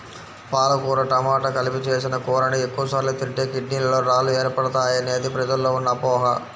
పాలకూర టమాట కలిపి చేసిన కూరని ఎక్కువ సార్లు తింటే కిడ్నీలలో రాళ్లు ఏర్పడతాయనేది ప్రజల్లో ఉన్న అపోహ